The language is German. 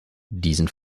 diesen